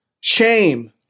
shame